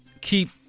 keep